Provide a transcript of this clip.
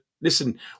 listen